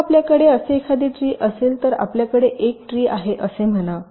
समजा आपल्याकडे असे एखादे ट्री असेल तर आपल्याकडे एक ट्री आहे असे म्हणा